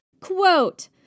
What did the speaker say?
Quote